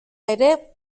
ere